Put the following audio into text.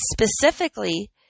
specifically